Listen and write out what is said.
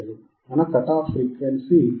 మన cut off frequency 159